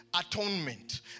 atonement